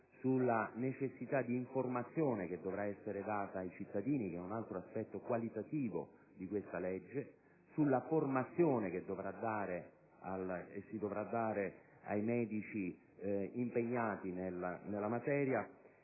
sulla necessità di informazione che dovrà essere data ai cittadini, che è un altro aspetto qualitativo di questa legge;, sulla formazione che si dovrà dare ai medici impegnati nella materia;